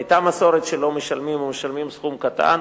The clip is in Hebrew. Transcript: היתה מסורת שלא משלמים, או משלמים סכום קטן.